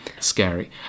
scary